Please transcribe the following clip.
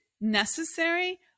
necessary